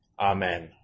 Amen